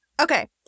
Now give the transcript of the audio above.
Okay